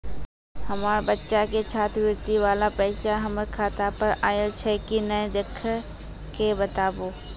हमार बच्चा के छात्रवृत्ति वाला पैसा हमर खाता पर आयल छै कि नैय देख के बताबू?